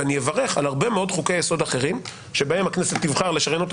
ואני אברך על הרבה מאוד חוקי יסוד אחרים שבהם הכנסת תבחר לשריין אותם